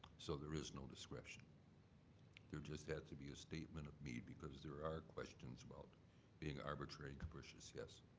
so there is no discretion. there just has to be a statement of need, because there are questions about being arbitrary and capricious, yes.